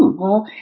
well,